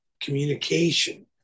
communication